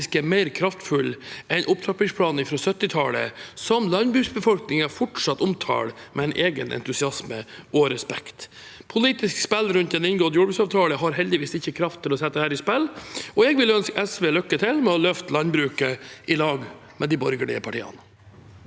er mer kraftfull enn opptrappingsplanen fra 1970-tallet, som landbruksbefolkningen fortsatt omtaler med en egen entusiasme og respekt. Politisk spill rundt en inngått jordbruksavtale har heldigvis ikke kraft til å sette dette i spill, og jeg vil ønske SV lykke til med å løfte landbruket i lag med de borgerlige partiene.